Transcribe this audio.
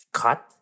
cut